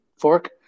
fork